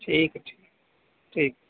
ٹھیک ہے ٹھیک ٹھیک